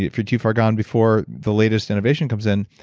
if you're too far gone before the latest innovation comes in,